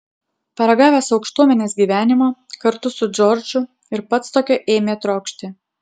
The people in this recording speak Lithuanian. paragavęs aukštuomenės gyvenimo kartu su džordžu ir pats tokio ėmė trokšti